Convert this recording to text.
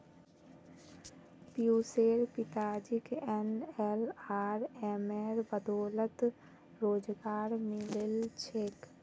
पियुशेर पिताजीक एनएलआरएमेर बदौलत रोजगार मिलील छेक